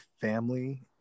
family